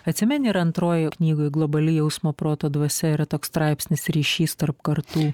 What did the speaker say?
atsimeni ir antroj jo knygoj globali jausmo proto dvasia yra toks straipsnis ryšys tarp kartų